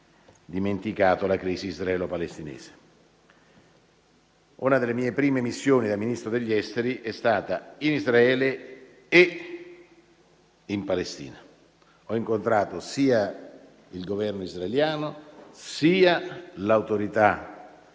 dimenticato la crisi israelo-palestinese. Una delle mie prime missioni da Ministro degli esteri è stata in Israele e in Palestina; ho incontrato sia il Governo israeliano, sia l'Autorità